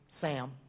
Sam